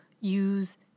use